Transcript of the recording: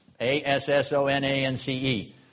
A-S-S-O-N-A-N-C-E